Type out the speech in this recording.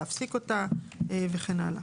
להפסיק אותה וכן הלאה.